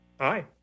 Hi